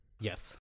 Yes